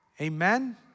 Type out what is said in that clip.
Amen